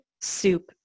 soup